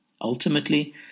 Ultimately